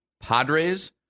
Padres